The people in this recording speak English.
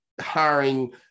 hiring